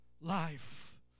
life